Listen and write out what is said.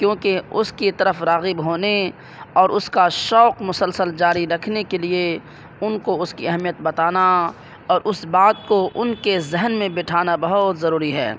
کیونکہ اس کی طرف راغب ہونے اور اس کا شوق مسلسل جاری رکھنے کے لیے ان کو اس کی اہمیت بتانا اور اس بات کو ان کے ذہن میں بٹھانا بہت ضروری ہے